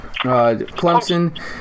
Clemson